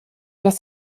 dass